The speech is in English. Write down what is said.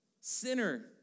Sinner